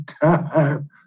time